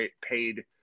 paid